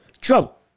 trouble